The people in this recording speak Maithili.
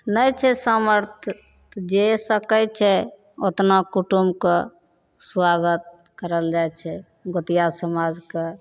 नहि छै सामर्थ जे सकै छै ओतना कुटुमके सुआगत करल जाइ छै गोतिआ समाजके